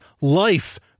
life